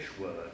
word